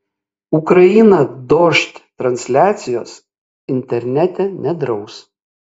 ukraina dožd transliacijos internete nedraus